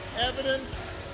evidence